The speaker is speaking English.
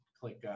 click